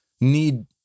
need